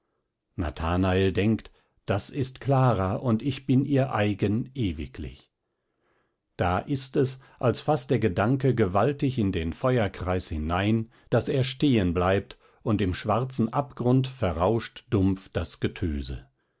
nathanael denkt das ist clara und ich bin ihr eigen ewiglich da ist es als faßt der gedanke gewaltig in den feuerkreis hinein daß er stehen bleibt und im schwarzen abgrund verrauscht dumpf das getöse